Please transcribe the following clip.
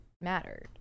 mattered